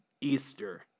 Easter